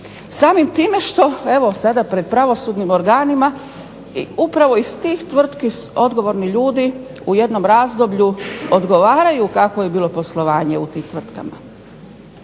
Samim time što evo sada pred pravosudnim organima upravo iz tih tvrtki odgovorni ljudi u jednom razdoblju odgovaraju kakvo je bilo poslovanje u tim tvrtkama.